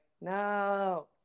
no